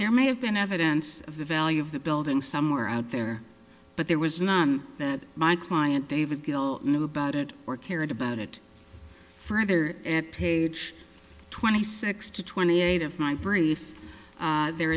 there may have been evidence of the value of the building somewhere out there but there was none that my client david theall knew about it or cared about it further at page twenty six to twenty eight of my brief there